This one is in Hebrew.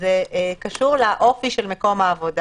זה קשור לאופי של מקום העבודה.